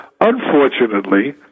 unfortunately